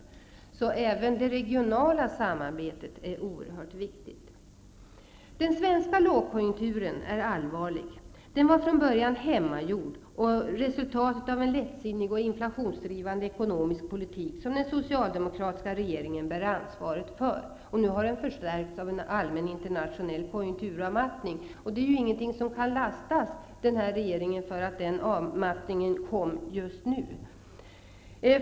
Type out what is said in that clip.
Även det regionala samarbetet är alltså oerhört viktigt. Den svenska lågkonjunkturen är allvarlig. Den var från början hemmagjord, och den var resultatet av en lättsinnig och inflationsdrivande ekonomisk politik, som den socialdemokratiska regeringen bär ansvaret för. Nu har den även förstärkts av en allmän internationell konjunkturavmattning, vilket inte kan lastas den nuvarande regeringen.